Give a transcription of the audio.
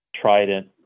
Trident